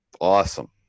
awesome